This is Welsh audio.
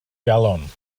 galon